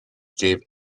gave